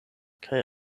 kaj